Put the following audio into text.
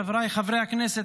חבריי חברי הכנסת,